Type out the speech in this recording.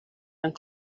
and